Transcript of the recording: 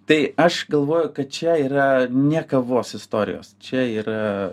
tai aš galvoju kad čia yra ne kavos istorijos čia yra